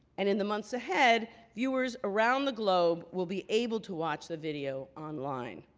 and in the months ahead, viewers around the globe will be able to watch the video online.